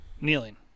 kneeling